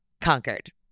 conquered